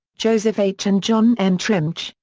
joseph h. and john m. trimbach.